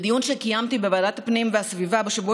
בדיון שקיימתי בוועדת הפנים והגנת הסביבה בשבוע